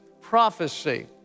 prophecy